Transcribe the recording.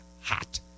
hot